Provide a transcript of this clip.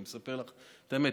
אני מספר לך את האמת.